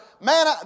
man